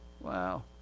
Wow